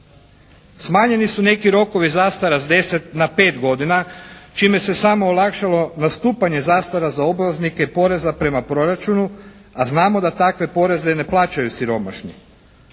Smanjeni su neki rokovi zastara s deset na pet godina čime se samo olakša nastupanje zastara za obveznike poreza prema proračunu a znamo da takve poreze ne plaćaju siromašni.